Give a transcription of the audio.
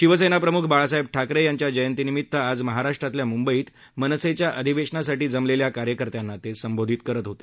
शिवसेनाप्रम्ख बाळासाहेब ठाकरे यांच्या जयंतीनिमित आज महाराष्ट्रातल्या म्ंबईत मनसेच्या अधिवेशनासाठी जमलेल्या कार्यकर्त्यांना ते संबोधित करत होते